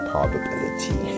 Probability